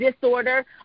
disorder